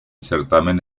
certamen